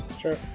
Sure